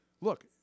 look